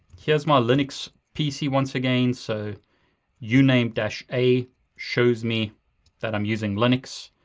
here's my linux pc once again. so yeah uname a shows me that i'm using linux.